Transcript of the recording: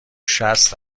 شصت